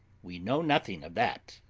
we know nothing of that.